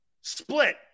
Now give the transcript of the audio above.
Split